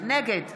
נגד